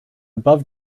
above